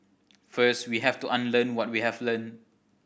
first we have to unlearn what we have learnt